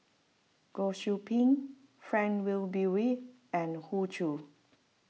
Goh Qiu Bin Frank Wilmin Brewer and Hoey Choo